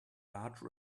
large